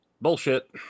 Bullshit